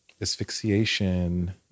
asphyxiation